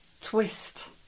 twist